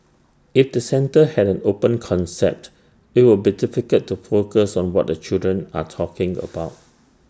if the centre had an open concept it'd be difficult to focus on what the children are talking about